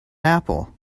apple